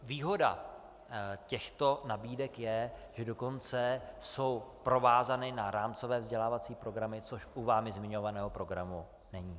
Výhoda těchto nabídek je, že dokonce jsou provázány na rámcové vzdělávací programy, což u vámi zmiňovaného programu není.